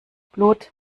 blut